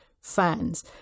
fans